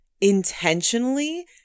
intentionally